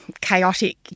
chaotic